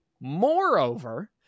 Moreover